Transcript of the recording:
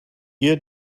ihr